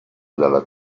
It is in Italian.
dalla